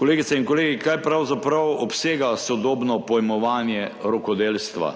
Kolegice in kolegi, kaj pravzaprav obsega sodobno pojmovanje rokodelstva?